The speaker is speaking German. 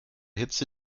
hitze